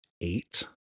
eight